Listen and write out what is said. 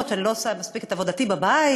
שאני לא עושה מספיק את עבודתי בבית,